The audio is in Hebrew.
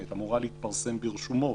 אמורה להתפרסם ברשומות.